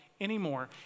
anymore